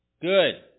good